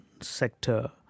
sector